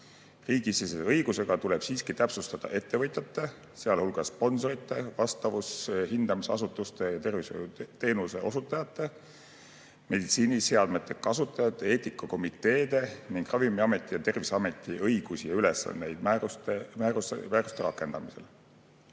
Riigisisese õigusega tuleb siiski täpsustada ettevõtjate, sealhulgas sponsorite, vastavushindamisasutuste ja tervishoiuteenuse osutajate, meditsiiniseadmete kasutajate, eetikakomiteede ning Ravimiameti ja Terviseameti õigusi ja ülesandeid määruste rakendamisel.